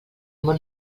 món